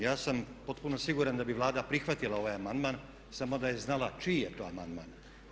Ja sam potpuno siguran da bi Vlada prihvatila ovaj amandman samo da je znala čiji je to amandman.